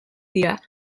dira